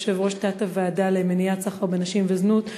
יושב-ראש תת-הוועדה למניעת סחר בנשים וזנות,